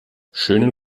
schönen